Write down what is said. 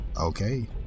Okay